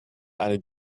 eine